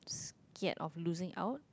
scared of losing out